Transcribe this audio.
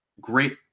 great